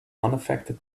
unaffected